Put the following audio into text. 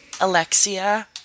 Alexia